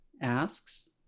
asks